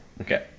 okay